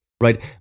right